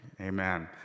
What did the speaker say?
amen